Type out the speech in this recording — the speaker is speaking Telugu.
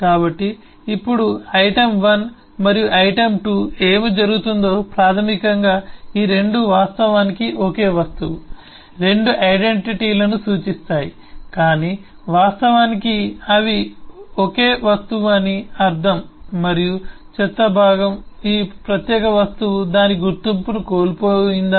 కాబట్టి ఇప్పుడు ఐటమ్ 1 మరియు ఐటమ్ 2 ఏమి జరుగుతుందో ప్రాథమికంగా ఈ రెండూ వాస్తవానికి ఒకే వస్తువు 2 ఐడెంటిటీలను సూచిస్తాయి కాని వాస్తవానికి అవి ఒకే వస్తువు అని అర్ధం మరియు చెత్త భాగం ఈ ప్రత్యేక వస్తువు దాని గుర్తింపును కోల్పోయిందా